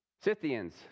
Scythians